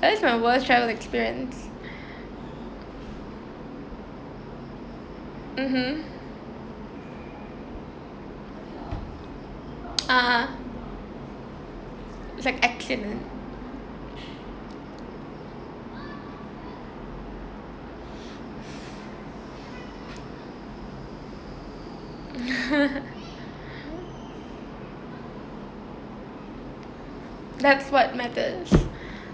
that's my worst travel experience mmhmm ah it's like accident that's what matters